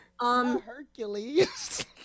Hercules